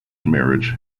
marriage